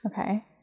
Okay